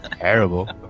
Terrible